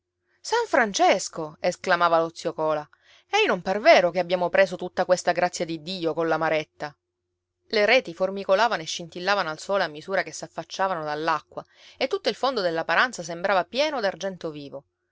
san francesco esclamava lo zio cola ei non par vero che abbiamo preso tutta questa grazia di dio colla maretta le reti formicolavano e scintillavano al sole a misura che s'affacciavano dall'acqua e tutto il fondo della paranza sembrava pieno d'argento vivo